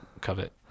covet